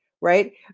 right